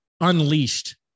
unleashed